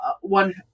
one